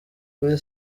kuri